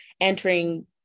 entering